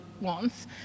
wants